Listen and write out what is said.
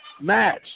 match